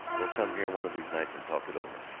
we'll come here one of these nights and talk it over.